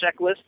checklist